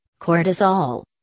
cortisol